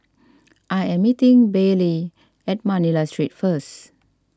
I am meeting Baylee at Manila Street first